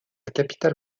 capitale